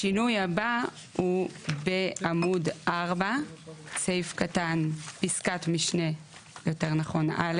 השינוי הבא הוא בעמוד 4 פסקת משנה א'.